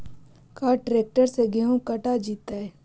का ट्रैक्टर से गेहूं कटा जितै?